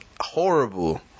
Horrible